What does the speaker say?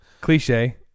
cliche